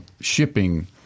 shipping